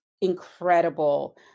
incredible